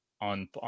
on